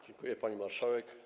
Dziękuję, pani marszałek.